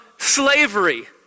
Slavery